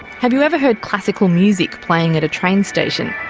have you ever heard classical music playing at a train station?